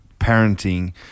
parenting